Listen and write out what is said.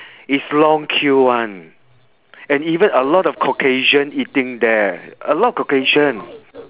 it's long queue one and even a lot of caucasian eating there a lot caucasian